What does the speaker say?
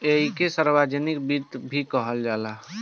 ऐइके सार्वजनिक वित्त भी कहल जाला